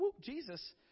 Jesus